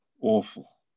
awful